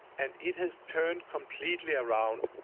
and it has turned completely around